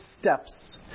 steps